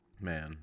man